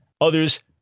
Others